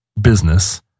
business